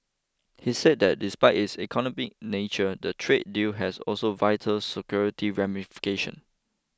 he said that despite its economic nature the trade deal has also vital security ramifications